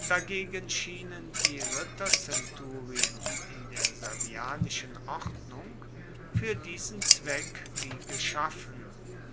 dagegen schienen die ritterzenturien in der servianischen ordnung fuer diesen zweck wie geschaffen